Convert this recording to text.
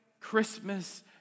Christmas